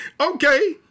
okay